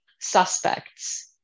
suspects